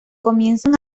comienzan